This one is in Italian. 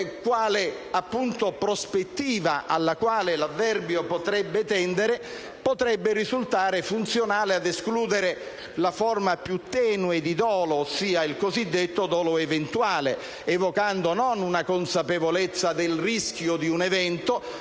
quale prospettiva alla quale l'avverbio potrebbe tendere, potrebbe risultare funzionale ad escludere la forma più tenue di dolo, ossia il cosiddetto dolo eventuale, evocando non una consapevolezza del rischio di un evento,